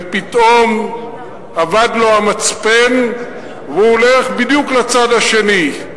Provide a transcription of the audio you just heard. ופתאום אבד לו המצפן והוא הולך בדיוק לצד השני.